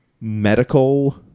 medical